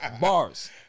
bars